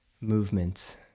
movements